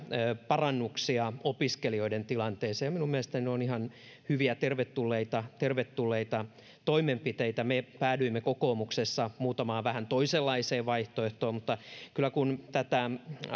parannuksia opiskelijoiden tilanteeseen ja minun mielestäni ne ovat ihan hyviä ja tervetulleita toimenpiteitä mutta me päädyimme kokoomuksessa muutamaan vähän toisenlaiseen vaihtoehtoon kyllä kun tätä